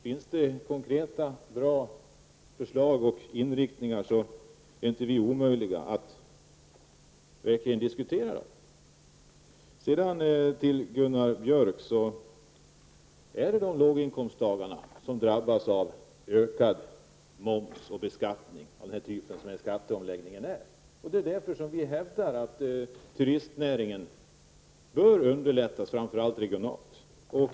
Finns det konkreta och bra förslag är vi inte ovilliga att diskutera dem. Till Gunnar Björk vill jag säga att det är låginkomsttagarna som drabbas av en ökning av skatten vid den här typen av skatteomläggning. Därför hävdar vi att turistnäringen bör underlättas, framför allt regionalt.